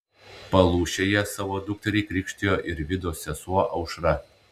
palūšėje savo dukterį krikštijo ir vidos sesuo aušra